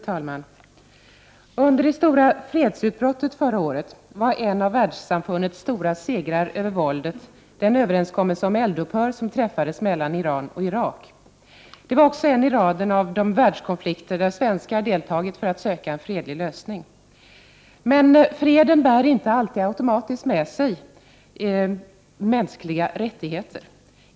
Fru talman! Under det stora fredsutbrottet förra året var en av världssamfundets stora segrar över våldet den överenskommelse om eldupphör som träffades mellan Iran och Irak. Det var också en i raden av de världskonflikter där svenskar deltagit för att söka en fredlig lösning. Men freden bär inte alltid automatiskt med sig mänskliga rättigheter.